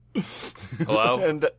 Hello